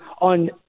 on